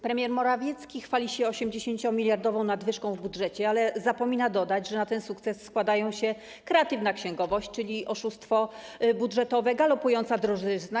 Premier Morawiecki chwali się 80-miliardową nadwyżką w budżecie, ale zapomina dodać, że na ten sukces składają się kreatywna księgowość, czyli oszustwo budżetowe, i galopująca drożyzna.